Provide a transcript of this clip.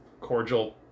cordial